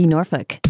Norfolk